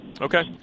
okay